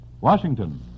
Washington